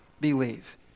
believe